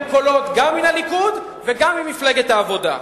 קולות: גם מן הליכוד וגם ממפלגת העבודה.